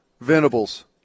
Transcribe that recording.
venables